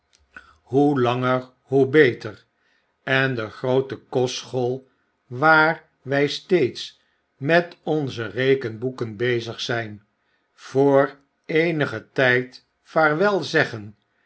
hoe langer hoe beter en de groote kostschool waar wy steeds met onze rekenboeken bezig zyn voor eenigen tyd vaarwel zeggen